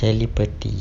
telepathy